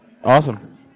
Awesome